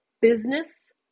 business